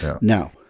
now